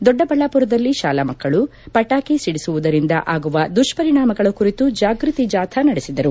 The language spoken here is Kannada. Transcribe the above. ದೊಡ್ಡಬಳ್ಳಾಮರದಲ್ಲಿ ಶಾಲಾ ಮಕ್ಕಳು ಪಟಾಕಿ ಸಿಡಿಸುವುದರಿಂದ ಆಗುವ ದುಷ್ಪರಿಣಾಮಗಳ ಕುರಿತು ಜಾಗೃತಿ ಜಾಥಾ ನಡೆಸಿದರು